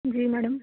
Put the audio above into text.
ਜੀ ਮੈਡਮ